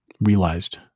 realized